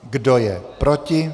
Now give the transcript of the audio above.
Kdo je proti?